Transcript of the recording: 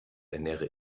ernähre